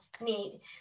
need